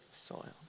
soil